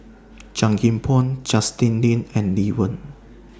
Chan Kim Boon Justin Lean and Lee Wen